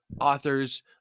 authors